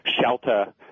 shelter